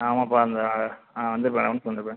ஆமாப்பா அந்த வந்துருப்பேன் ரௌண்ட்ஸ் வந்துருப்பேன்